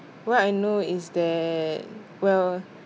what I know is that well